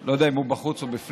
אני לא יודע אם הוא בחוץ או בפנים.